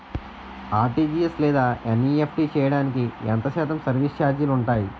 RTGS లేదా NEFT చేయడానికి ఎంత శాతం సర్విస్ ఛార్జీలు ఉంటాయి?